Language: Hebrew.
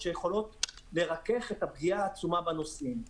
שיכולות לרכך את הפגיעה העצומה בנוסעים.